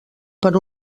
per